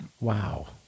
Wow